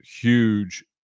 huge